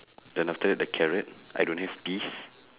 then after that the carrot I don't have peas